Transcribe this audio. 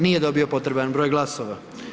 Nije dobio potreban broj glasova.